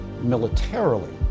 militarily